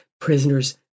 prisoners